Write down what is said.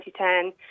2010